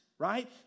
Right